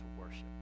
worship